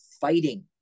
fighting